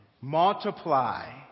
Multiply